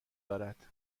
دارد